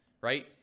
Right